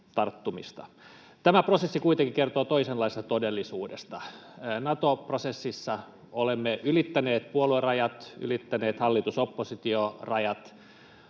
Tämä prosessi kuitenkin kertoo toisenlaisesta todellisuudesta. Nato-prosessissa olemme ylittäneet puoluerajat, ylittäneet hallitus—oppositio-rajat,